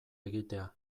egitea